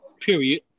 period